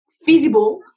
feasible